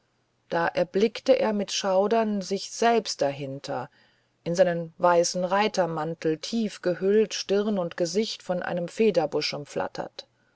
da erblickte er mit schaudern sich selbst dahinter in seinen weißen reitermantel tief gehüllt stirn und gesicht von seinem federbusch umflattert